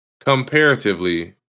comparatively